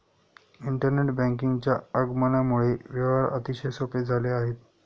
internet बँकिंगच्या आगमनामुळे व्यवहार अतिशय सोपे झाले आहेत